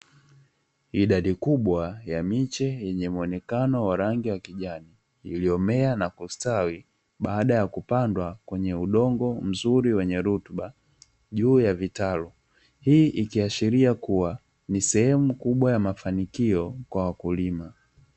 Idadi kubwa ya miche yenye muonekano wa rangi ya kijani, iliyomea na kustawi, baada ya kupandwa kwenye udongo mzuri wenye rutuba juu ya vitalu. Hii ikiashiria kuwa ni sehemu kubwa ya mafanikio, kwa wakulima.